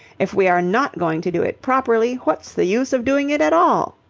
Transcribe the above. if we are not going to do it properly, what's the use of doing it at all?